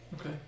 Okay